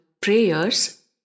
prayers